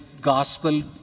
gospel